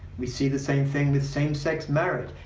we see the same thing with same sex marriage.